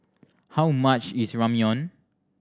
how much is Ramyeon